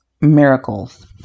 miracles